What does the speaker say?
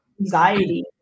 anxiety